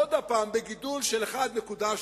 עוד הפעם בגידול של 1.7,